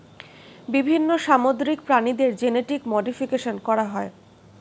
বিভিন্ন সামুদ্রিক প্রাণীদের জেনেটিক মডিফিকেশন করা হয়